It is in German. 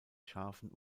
schafen